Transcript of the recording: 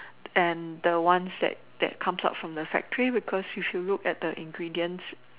and the ones that that comes out from the factory because you should see the ingredients